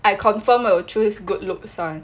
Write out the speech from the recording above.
I confirm will choose good looks [one]